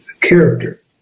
character